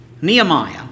Nehemiah